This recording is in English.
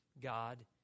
God